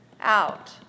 out